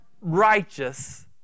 righteous